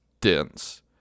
dense